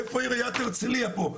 איפה עיריית הרצליה פה,